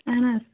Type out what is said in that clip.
اَہَن حظ